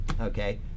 okay